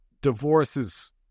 divorces